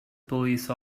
police